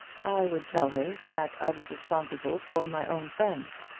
i would tell her that i was responsible for my own friends.